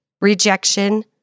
rejection